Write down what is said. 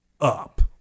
up